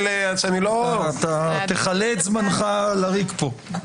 זו תקנה 4. (א):